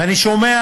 ואני שומע